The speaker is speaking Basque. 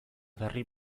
berri